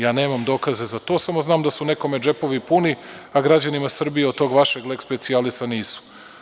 Ja nemam dokaza za to, samo znam da su nekome džepovi puni, a građanima Srbije tog vašeg „leks specialisa“ nisu.